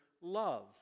love